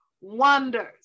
wonders